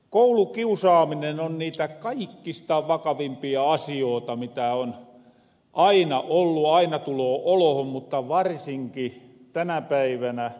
koulukiusaaminen on niitä kaikista vakavimpia asioota mitä on aina ollu aina tuloo olohon mutta varsinkin tänä päivänä